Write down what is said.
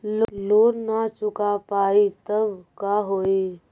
Loan न चुका पाई तब का होई?